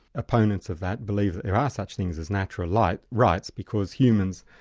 opponents of that believe that there are such things as natural like rights, because humans,